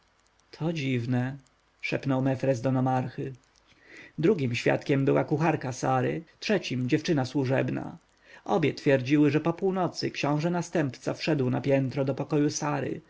dziwne szepnął mefres do nomarchy drugim świadkiem była kucharka sary trzecim dziewczyna służebna obie twierdziły że po północy książę następca wszedł na piętro do pokoju sary